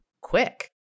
quick